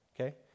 Okay